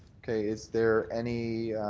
is there any